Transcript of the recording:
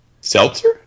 Seltzer